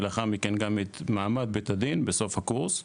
ולאחר מכן גם את מעמד בית הדין בסוף הקורס.